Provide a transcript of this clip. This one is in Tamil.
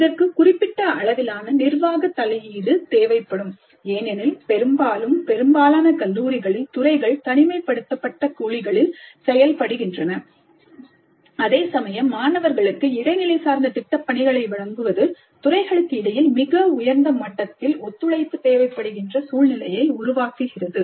இதற்கு குறிப்பிட்ட அளவிலான நிர்வாக தலையீடு தேவைப்படும் ஏனெனில் பெரும்பாலும் பெரும்பாலான கல்லூரிகளில் துறைகள் தனிமைப்படுத்தப்பட்ட குழிகளில் செயல்படுகின்றன அதேசமயம் மாணவர்களுக்கு இடைநிலை சார்ந்த திட்டப்பணிகளை வழங்குவது துறைகளுக்கு இடையில் மிக உயர்ந்த மட்டத்தில் ஒத்துழைப்பு தேவைப்படுகின்ற சூழ்நிலையை உருவாக்குகிறது